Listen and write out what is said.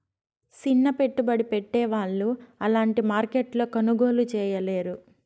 సిన్న పెట్టుబడి పెట్టే వాళ్ళు అలాంటి మార్కెట్లో కొనుగోలు చేయలేరు